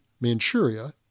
Manchuria